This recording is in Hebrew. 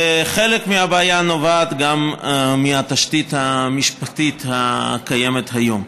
חלק מהבעיה נובע גם מהתשתית המשפטית הקיימת כיום.